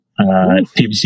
PVC